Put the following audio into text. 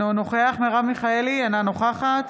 אינו נוכח מרב מיכאלי, אינה נוכחת